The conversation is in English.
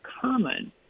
common